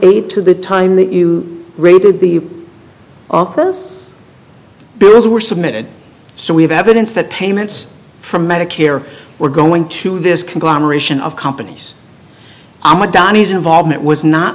eight to the time that you raided the office bills were submitted so we have evidence that payments from medicare were going to this conglomeration of companies i'm adanis involvement was not